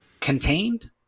contained